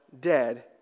dead